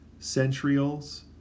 centrioles